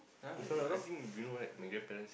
uh yea I think you know right my grandparents